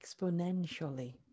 exponentially